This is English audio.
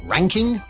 Ranking